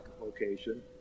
location